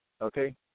okay